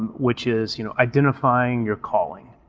and which is you know identifying your calling.